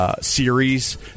Series